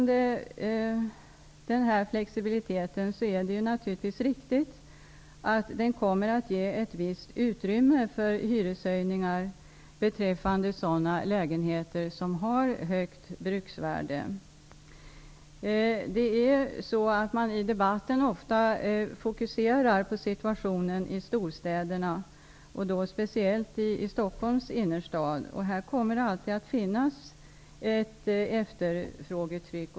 Det är naturligtvis riktigt att flexibiliteten kommer att ge ett visst utrymme för hyreshöjningar när det gäller lägenheter som har högt bruksvärde. Debatten fokuseras ofta på situationen i storstäderna och särskilt på Stockholms innerstad. Här kommer det alltid att finnas ett efterfrågetryck.